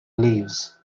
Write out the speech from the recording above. leaves